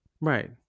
Right